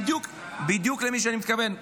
אני מתכוון בדיוק למי שאני מתכוון.